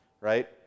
right